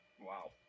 Wow